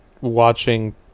watching